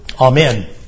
Amen